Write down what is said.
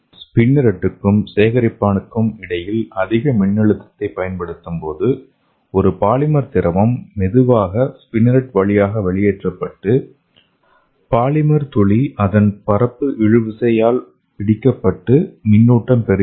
ஸ்பின்னெரெட்டுக்கும் சேகரிப்பானுக்கும் இடையில் அதிக மின்னழுத்தத்தைப் பயன்படுத்தும்போது ஒரு பாலிமர் திரவம் மெதுவாக ஸ்பின்னெரெட் வழியாக வெளியேற்றப்பட்டு பாலிமர் துளி அதன் பரப்பு இழுவிசையால் பிடிக்கப்பட்டு மின்னூட்டம் பெறுகிறது